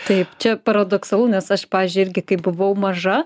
taip čia paradoksalu nes aš pavyzdžiui irgi kai buvau maža